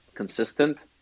Consistent